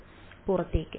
വിദ്യാർത്ഥി പുറത്തേക്ക്